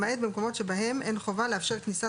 למעט במקומות שבהם אין חובה לאפשר כניסת